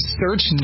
search